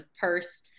purse